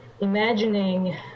imagining